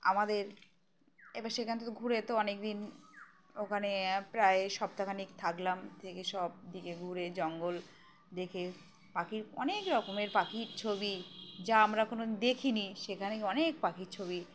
আমাদের এ বার সেখান থেকেো ঘুরে তো অনেক দিন ওখানে প্রায় সপ্তাহখানেক থাকলাম থেকে সব দিকে ঘুরে জঙ্গল দেখে পাখির অনেক রকমের পাখির ছবি যা আমরা কখনো দেখিনি সেখানে অনেক পাখির ছবি